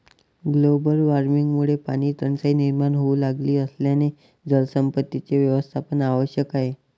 global वॉर्मिंगमुळे पाणीटंचाई निर्माण होऊ लागली असल्याने जलसंपत्तीचे व्यवस्थापन आवश्यक आहे